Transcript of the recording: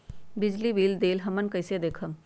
बिजली बिल देल हमन कईसे देखब?